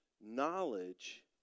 knowledge